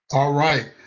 all right.